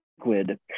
liquid